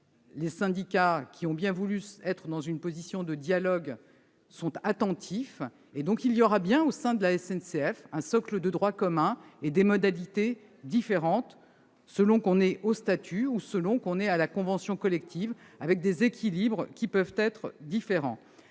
les syndicats qui ont bien voulu être dans une position de dialogue sont attentifs. Par conséquent, il y aura bien, au sein de la SNCF, un socle de droits communs et des modalités différentes selon que l'on est au statut ou que l'on dépend de la convention collective, avec des équilibres qui peuvent être différents.